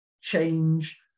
change